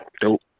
dope